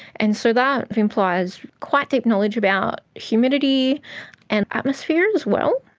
and so that implies quite deep knowledge about humidity and atmosphere as well.